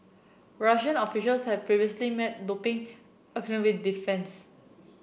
Russian officials have previously met doping occur with defiance